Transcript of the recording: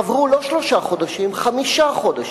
עברו לא שלושה חודשים, חמישה חודשים.